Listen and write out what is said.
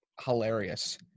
hilarious